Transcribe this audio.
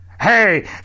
Hey